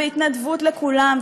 והתנדבות לכולם,